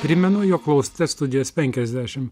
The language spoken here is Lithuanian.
primenu jog klausotės studijos penkiasdešim